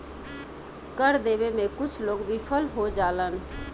कर देबे में कुछ लोग विफल हो जालन